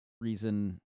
reason